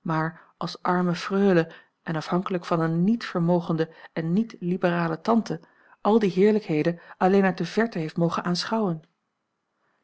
maar als arme freule en afhankelijk van eene niet vermogende en niet liberale tante al die heerlijkheden alleen uit de verte heeft mogen aanschouwen